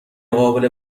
قابل